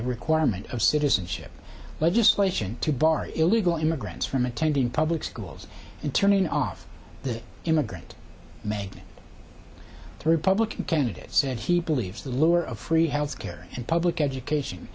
a requirement of citizenship legislation to bar illegal immigrants from attending public schools and turning off the immigrant made three public candidates said he believes the lure of free health care and public education